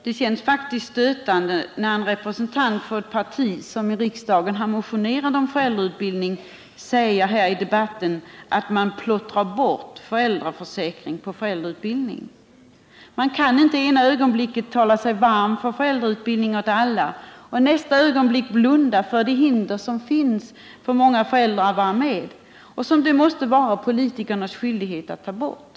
Det känns faktiskt stötande när en representant för ett parti som motionerat i riksdagen om föräldrautbildning säger, att man ”plottrar bort” föräldraförsäkringen på föräldrautbildning. Man kan inte ena ögonblicket tala sig varm för föräldrautbildning åt alla och i nästa ögonblick blunda för de hinder som finns för många föräldrar att vara med och som det måste vara politikernas skyldighet att ta bort.